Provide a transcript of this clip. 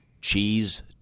cheese